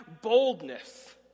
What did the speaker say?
boldness